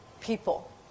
people